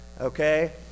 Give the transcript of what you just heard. okay